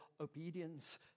obedience